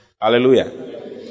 Hallelujah